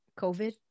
COVID